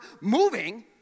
moving